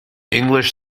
english